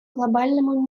глобальному